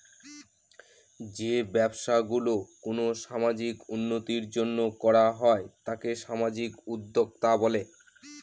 যে ব্যবসা গুলো কোনো সামাজিক উন্নতির জন্য করা হয় তাকে সামাজিক উদ্যক্তা বলে